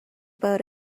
boat